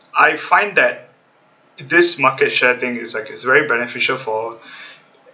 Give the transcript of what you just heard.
I find that this market share thing is like is very beneficial for